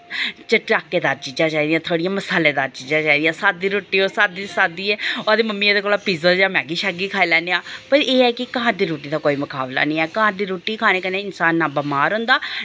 चटाकेदार चीजां चाहिदियां थोह्ड़ियां मसालेदार चीजां चाहिदियां साद्दी रुट्टी ओह् साद्दी साद्दी ऐ ओह् आखदे मम्मी एह्दे कोला पिज्जा जां मैग्गी शैग्गी खाई लैने आं पर एह् ऐ कि घर दी रुट्टी दा कोई मकाबला निं ऐ घर दी रुट्टी खाने कन्नै इन्सान ना बमार होंदा ना